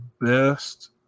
best